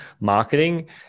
marketing